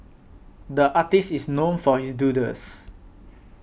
the artist is known for his doodles